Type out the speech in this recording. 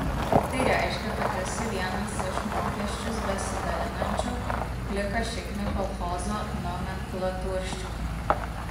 tai reiškia kad esi vienas iš mokesčius besidalinančių plikašiknių kolchozo nomenklaturščikų